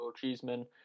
cheeseman